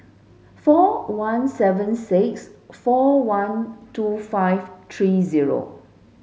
four one seven six four one two five three zero